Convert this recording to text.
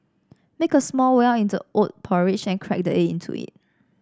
make a small well in the oat porridge and crack the egg into it